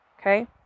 Okay